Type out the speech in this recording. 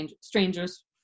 strangers